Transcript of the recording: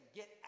get